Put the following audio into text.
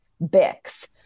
Bix